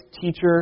teacher